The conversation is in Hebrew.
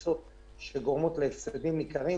גורמות להפסדים ניכרים.